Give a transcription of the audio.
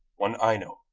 one ino,